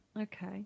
okay